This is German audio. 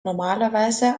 normalerweise